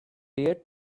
peer